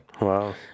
Wow